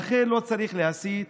אכן, לא צריך להסית.